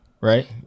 right